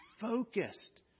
focused